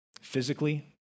Physically